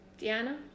Diana